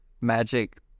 magic